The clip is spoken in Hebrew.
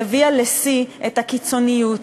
שהביאה לשיא את הקיצוניות,